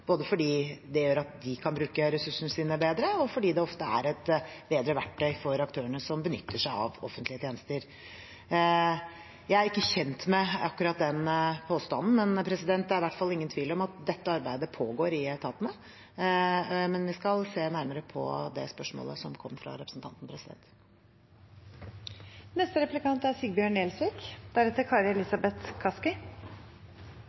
både fordi det gjør at de kan bruke ressursene sine bedre, og fordi det ofte er et bedre verktøy for aktørene som benytter seg av offentlige tjenester. Jeg er ikke kjent med akkurat den påstanden som kom fra representanten, men det er i hvert fall ingen tvil om at dette arbeidet pågår i etatene, og vi skal se nærmere på det spørsmålet.